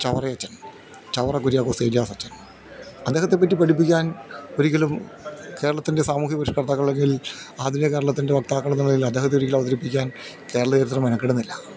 ചാവറ അച്ഛൻ ചാവറ കുരിയാകോസ് ഏലിയാസ് അച്ഛൻ അദ്ദേഹത്തെ പറ്റി പഠിപ്പിക്കാൻ ഒരിക്കലും കേരളത്തിൻ്റെ സാമൂഹിക പരിഷ്കർതാക്കൾ അല്ലെങ്കിൽ ആധുനിക കേരളത്തിൻ്റെ വക്താക്കൾ എന്ന നിലയിൽ അദ്ദേഹത്തെ ഒരിക്കലും അവതരിപ്പിക്കാൻ കേരള ചരിത്രം മെനക്കെടുന്നില്ല